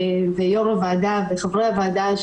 יו"ר הוועדה וחברי הוועדה,